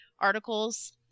articles